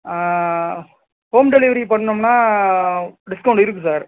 home delivery பண்ணோம்னா discount இருக்கு sir